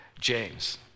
James